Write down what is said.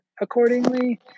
accordingly